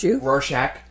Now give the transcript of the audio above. Rorschach